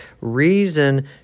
reason